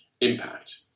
impact